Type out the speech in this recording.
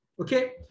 Okay